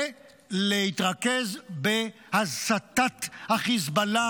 להתרכז בהסטת החיזבאללה,